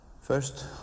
First